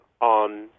on